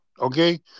Okay